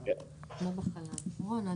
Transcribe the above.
רון,